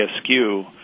askew